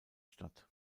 statt